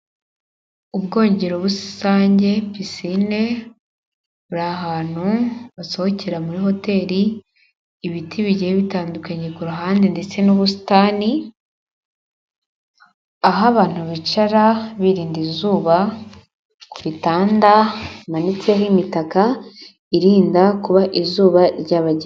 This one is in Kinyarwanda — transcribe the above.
Ubwogero rusange pisine, buri ahantu basohokera muri hoteri, ibiti bigiye bitandukanye ku ruhande ndetse n'ubusitani, aho abantu bicara birinda izuba, ku bitanda bimanitseho imitaka irinda kuba izuba...